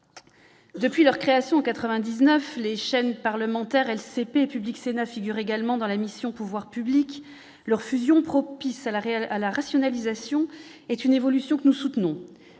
depuis leur création en 99 les chaînes parlementaires LCP et Public Sénat figure également dans la mission, pouvoirs publics, leur fusion, propice à l'arrêt à la rationalisation est une évolution que nous soutenons,